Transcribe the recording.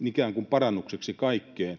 ikään kuin parannukseksi kaikkeen,